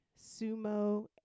sumo